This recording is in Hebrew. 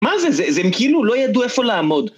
מה זה? הם כאילו לא ידעו איפה לעמוד.